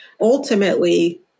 Ultimately